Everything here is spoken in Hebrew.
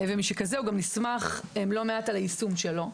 וככזה הוא גם נסמך לא מעט על היישום שלו,